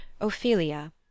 ophelia